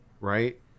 right